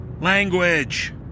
Language